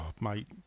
mate